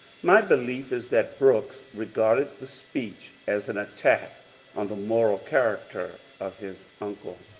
my belief is that brooks regarded the speech as an attack on the moral character of his uncle.